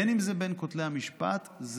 בין אם זה בין כותלי בית המשפט,